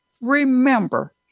remember